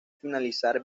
finalizar